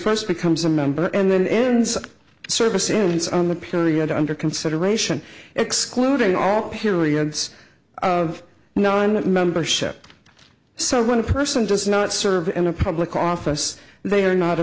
first becomes a member and then ends a service in it's on the period under consideration excluding all periods of knowing that membership so one person does not serve in a public office they are not a